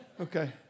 Okay